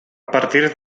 partir